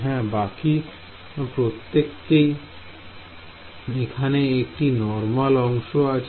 হ্যাঁ বাকি প্রত্তেকেই এইখানে একটি নর্মাল অংশ আছে